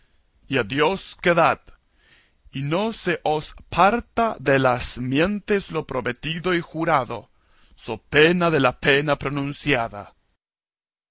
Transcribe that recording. a dios quedad y no se os parta de las mientes lo prometido y jurado so pena de la pena pronunciada